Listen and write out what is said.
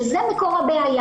שזה מקור הבעיה.